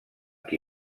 qui